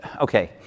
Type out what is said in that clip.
okay